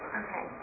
okay